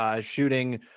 shooting